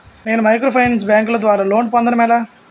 నేను మైక్రోఫైనాన్స్ బ్యాంకుల ద్వారా లోన్ పొందడం ఎలా?